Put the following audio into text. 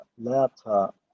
laptop